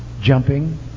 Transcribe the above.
jumping